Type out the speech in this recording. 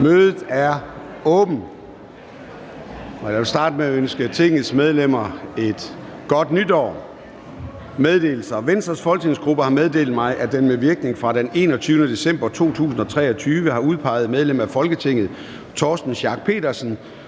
Mødet er åbnet. Jeg vil starte med at ønske Tingets medlemmer et godt nytår, og nu går vi til meddelelserne. Venstres folketingsgruppe har meddelt mig, at den med virkning fra den 21. december 2023 har udpeget medlem af Folketinget Torsten Schack Pedersen